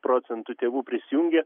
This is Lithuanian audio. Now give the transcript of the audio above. procentų tėvų prisijungė